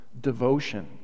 devotion